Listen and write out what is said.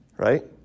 Right